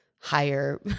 higher